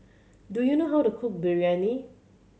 do you know how to cook Biryani